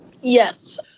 Yes